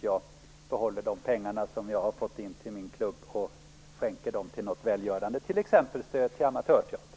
Jag behåller pengarna som jag fått in till min klubb och skänker dem till något välgörande ändamål, t.ex. stöd till amatörteater.